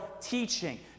teaching